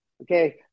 okay